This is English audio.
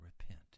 repent